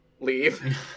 leave